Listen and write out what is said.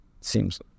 seems